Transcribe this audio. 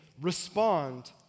respond